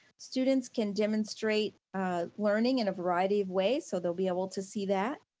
students can demonstrate learning in a variety of ways, so they'll be able to see that.